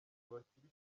abakiristu